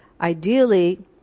ideally